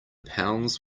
pounds